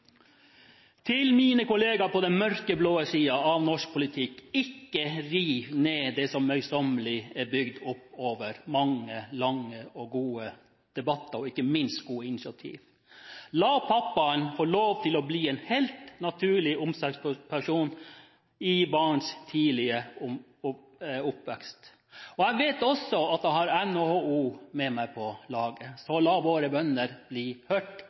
Til mine kolleger på den mørkeblå siden av norsk politikk: Ikke riv ned det som møysommelig er bygd opp over mange lange og gode debatter – og ikke minst gode initiativ. La pappaen få lov til å bli en helt naturlig omsorgsperson i barns tidlige oppvekst. Jeg vet også at jeg har NHO med meg på laget. Så la våre bønner bli hørt.